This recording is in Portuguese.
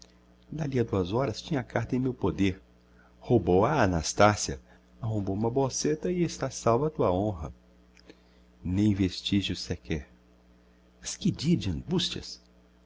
d'alli a duas horas tinha a carta em meu poder roubou a a nastassia arrombou uma boceta e está salva a tua honra nem vestigios sequer